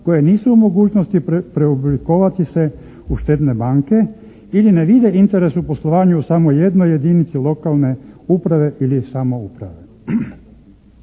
koje nisu u mogućnosti preoblikovati u štedne banke ili ne vide interes u poslovanju samo jedne jedinice lokalne uprave ili samouprave.